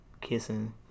kissing